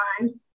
on